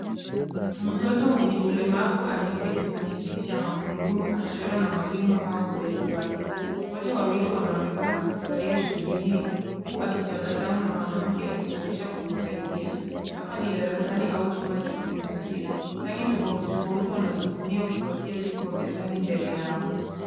Mtoto mwenye ulemavu ameketi kwenye kiti cha magurudumu akichora na mwalimu au mlezi wake. Wote wawili wanaonekana kufurahia shughuli hiyo huku akitabasamu na mwanamke akionyesha kumsaidia. Hapa ni darasani au chumba cha kujifunzia. Rangi tofauti tofauti wanazotumia kupakia ziko mezani mbele yao.